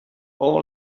all